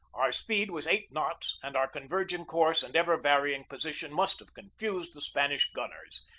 our speed was eight knots and our converging course and ever-varying position must have confused the spanish gunners.